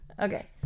Okay